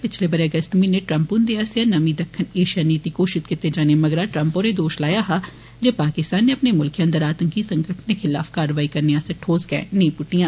पिच्छले बरे दे अगस्त म्हीनें ट्रम्प हुन्दे आस्सेआ नमीं दक्खन ऐशिया नीति घोषित कीते जानेदौरान ट्रम्प होरें एह दोष लाया हा जे पाकिस्तान नै अपने मुल्खै अंदर आतंकी संगठनें खिलाफ कारवाई करने आस्तै ठोस गैं नेई पुट्टी